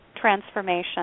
transformation